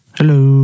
Hello